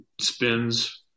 spins